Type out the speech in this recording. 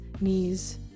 knees